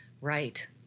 Right